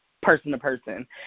person-to-person